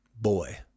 Boy